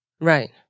Right